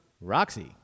Roxy